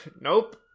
Nope